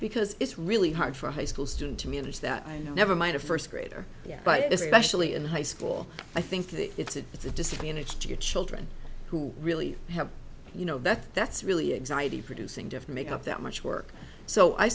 because it's really hard for high school student to manage that i never mind a first grader yeah but especially in high school i think it's a it's a disadvantage to your children who really have you know that that's really exciting producing different make up that much work so i